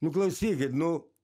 nu klausykit nu